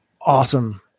Awesome